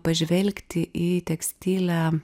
pažvelgti į tekstilę